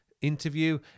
interview